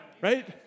Right